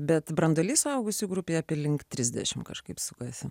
bet branduolys suaugusių grupėje apie link trisdešim kažkaip sukasi